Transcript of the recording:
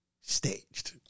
Staged